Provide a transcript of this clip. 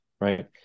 Right